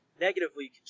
negatively